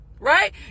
right